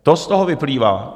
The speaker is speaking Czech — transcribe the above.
To z toho vyplývá.